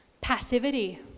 Passivity